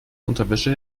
unterwäsche